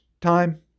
time